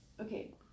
Okay